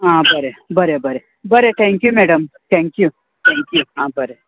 आं बरें बरें बरें बरें थँक्यू मॅडम थँक्यू थँक्यू आं बरें